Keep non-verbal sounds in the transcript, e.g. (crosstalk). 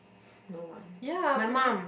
(breath) no one my mum